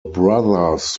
brothers